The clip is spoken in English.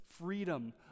freedom